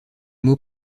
mots